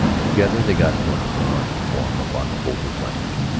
together they got norton's inert form upon the folded blankets.